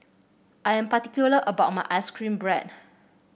I am particular about my ice cream bread